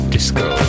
Disco